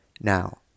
Now